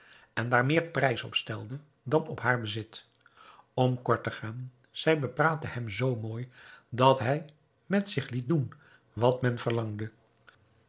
en daar meer prijs op stelde dan op haar bezit om kort te gaan zij bepraatte hem zoo mooi dat hij met zich liet doen wat men verlangde